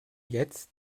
jetzt